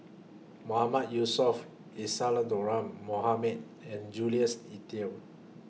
Mohamad Yusof Isadhora Mohamed and Jules Itier